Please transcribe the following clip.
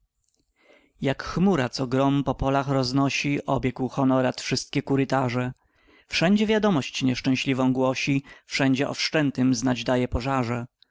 jak chmura co grom po polach roznosi obiegł honorat wszystkie kurytarze wszędzie wiadomość nieszczęśliwą głosi wszędzie o wszczętym znać daje pożarze